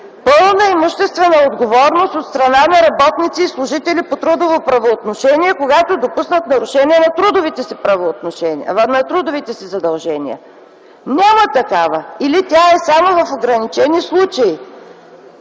пълна имуществена отговорност от страна на работници и служители по трудово правоотношение, когато допуснат нарушение на трудовите си задължения? Няма такава, или тя е само в ограничени случаи.